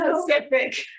specific